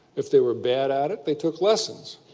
if they were bad at it, they took lessons.